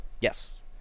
Yes